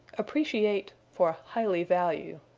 appreciate for highly value.